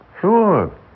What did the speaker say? Sure